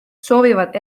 soovivad